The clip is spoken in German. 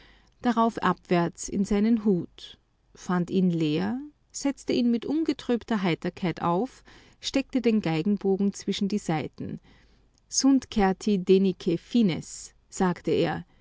darauf abwärts in seinen hut fand ihn leer setzte ihn mit ungetrübter heiterkeit auf steckte den geigenbogen zwischen die saiten sunt certi denique fines sagte er